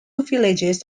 villages